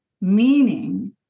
Meaning